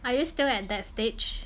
are you still at that stage